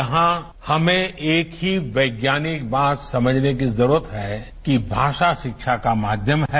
यहां हमें एक ही वैज्ञानिक बात समझने की जरूरत है कि भाषा शिक्षा का माध्ययम है